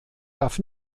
darf